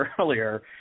earlier